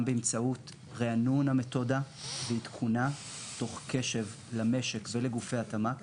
באמצעות ריענון המתודה ועדכונה תוך קשב למשק ולגופי התמ"ק